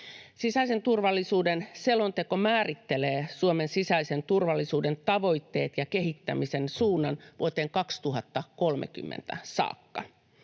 Sisäisen turvallisuuden selonteko määrittelee Suomen sisäisen turvallisuuden tavoitteet ja kehittämisen suunnan vuoteen 2030 saakka.